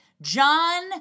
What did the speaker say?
John